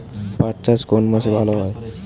পাট চাষ কোন মাসে ভালো হয়?